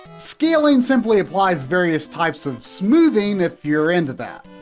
scaling simply applies various types of smoothing, if you're into that.